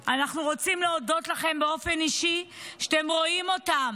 אנחנו רוצים להודות לכם באופן אישי שאתם רואים אותם,